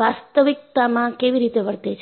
વાસ્તવિકતામાં કેવી રીતે વર્તે છે